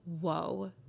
Whoa